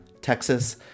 Texas